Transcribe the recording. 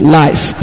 life